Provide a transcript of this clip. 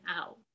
out